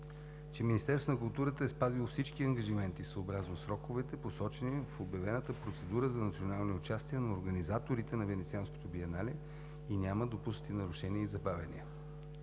е спазило всички ангажименти съобразно сроковете, посочени в обявената процедура за национално участие на организаторите на Венецианското биенале, и няма допуснати нарушения и забавяния.